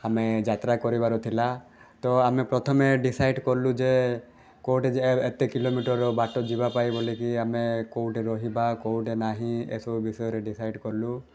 ଆମେ ଯାତ୍ରା କରିବାର ଥିଲା ତ ଆମେ ପ୍ରଥମେ ଡିସାଇଡ୍ କଲୁ ଯେ କେଉଁଠି ଯେ ଏତେ କିଲୋମିଟର ଯିବାପାଇଁ ବୋଲିକି ଆମେ କେଉଁଠି ରହିବା କେଉଁଠି ନାହିଁ ଏସବୁ ବିଷୟରେ ଡିସାଇଡ୍ କଲୁ